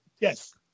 Yes